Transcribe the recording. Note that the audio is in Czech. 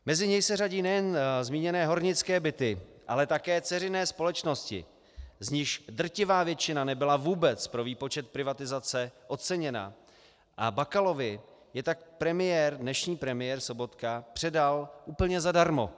Mezi ně se řadí nejen zmíněné hornické byty, ale také dceřiné společnosti, z nichž drtivá většina nebyla vůbec pro výpočet privatizace oceněna, a Bakalovi je tak dnešní premiér Sobotka předal úplně zadarmo.